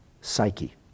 psyche